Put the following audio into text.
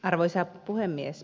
arvoisa puhemies